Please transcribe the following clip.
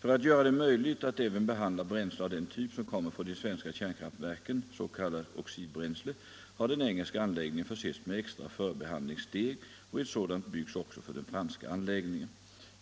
För att göra det möjligt att även behandla bränsle av den typ som kommer från de svenska kärnkraftverken, s.k. oxidbränsle, har den engelska anläggningen försetts med extra förbehandlingssteg, och ett sådant byggs också för den franska anläggningen.